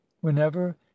whenever